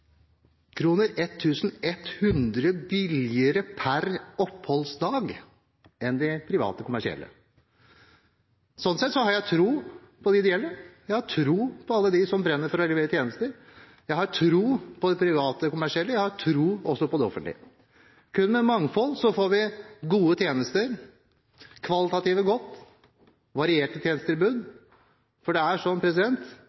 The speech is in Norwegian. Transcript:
billigere per oppholdsdag enn de private kommersielle. Sånn sett har jeg tro på de ideelle. Jeg har tro på alle dem som brenner for å levere tjenester – jeg har tro på de private kommersielle, jeg har også tro på det offentlige. Kun med